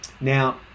Now